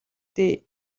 дээ